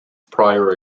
prior